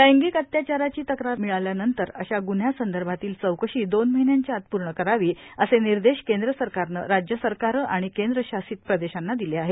अत्याचार कारवाई लैंगिक अत्याचाराची तक्रार मिळाल्यानंतर अशा ग्न्ह्यांसंदर्भातली चौकशी दोन महिन्यांच्या आत पूर्ण करावी असे निर्देश केंद्र सरकारनं राज्य सरकारं आणि केंद्रशासित प्रदेशांना दिले आहेत